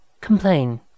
Complain